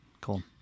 Cool